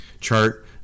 chart